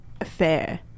Affair